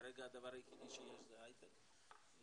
וכרגע הדבר היחידי שיש זה הייטק וצריך